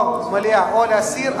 או למליאה או להסיר.